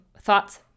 thoughts